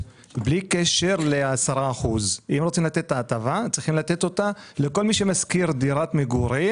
שלו ביישוב ומעתיק את מקום המגורים שלו וכתובת המגורים